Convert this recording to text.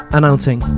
Announcing